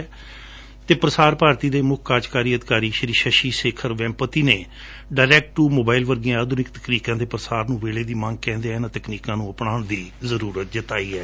ਪ੍ਰਸਾਰ ਭਾਰਤੀ ਦੇ ਮੁੱਖ ਕਾਰਜਕਾਰੀ ਅਧਿਕਾਰੀ ਸ਼ੀ ਸ਼ਸ਼ੀ ਸ਼ੇਖਰ ਵੇਮਪਤੀ ਨੇ ਡਾਇਰੈਕ ਟੁ ਮੋਬਾਇਲ ਵਰਗੀਆਂ ਆਧੁਨਿਕ ਤਕਨੀਕਾਂ ਦੇ ਪ੍ਰਸਾਰ ਨੂੰ ਵੇਲੇ ਦੀ ਮੰਗ ਕਹਿੰਦਿਆਂ ਇਨੂਾਂ ਤਕਨੀਕਾਂ ਨੁੰ ਅਪਣਾਉਣ ਦੀ ਜਰੁਰਤ ਜਤਾਈ ਹੈ